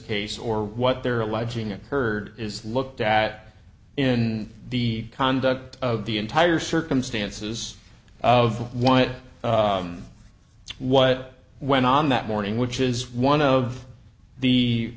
case or what they're alleging occurred is looked at in the conduct of the entire circumstances of what what went on that morning which is one of the